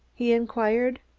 he inquired.